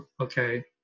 okay